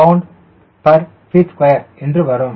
6 lbft2 என்று வரும்